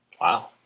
Wow